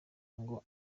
ngo